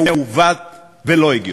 מעוות ולא הגיוני.